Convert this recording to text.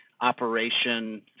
operation